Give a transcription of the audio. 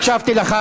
הקשבתי לך,